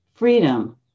freedom